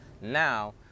now